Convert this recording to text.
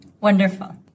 Wonderful